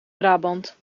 brabant